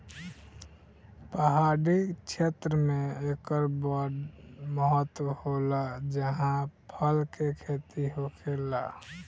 पहाड़ी क्षेत्र मे एकर बड़ महत्त्व होला जाहा फल के खेती होखेला